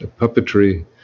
puppetry